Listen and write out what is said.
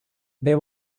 there